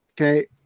Okay